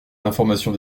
l’information